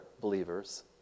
believers